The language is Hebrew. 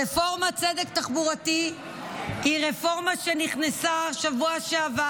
רפורמת צדק תחבורתי היא רפורמה שנכנסה בשבוע שעבר.